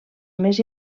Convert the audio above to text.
més